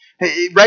Right